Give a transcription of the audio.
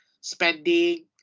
spending